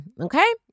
okay